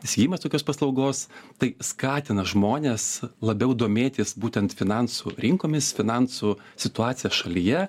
įsigijimas tokios paslaugos tai skatina žmones labiau domėtis būtent finansų rinkomis finansų situacija šalyje